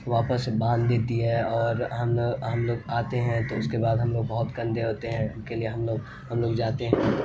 واپس باندھ دیتی ہے اور ہم ہم لوگ آتے ہیں تو اس کے بعد ہم لوگ بہت گندے ہوتے ہیں ان کے لیے ہم لوگ ہم لوگ جاتے ہیں